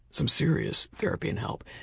some serious therapy and help.